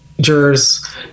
jurors